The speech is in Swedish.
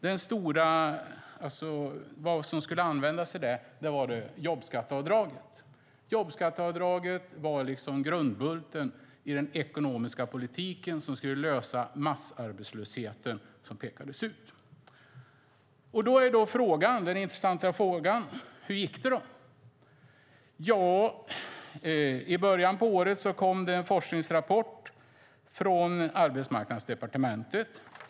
Det stora som skulle användas var jobbskatteavdraget. Jobbskatteavdraget var den grundbult som pekades ut i den ekonomiska politik som skulle lösa massarbetslösheten. Den intressanta frågan är: Hur gick det då? Ja, i början av året kom en forskningsrapport från Arbetsmarknadsdepartementet.